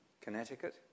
Connecticut